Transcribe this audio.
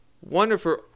wonderful